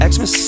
Xmas